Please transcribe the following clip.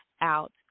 out